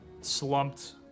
slumped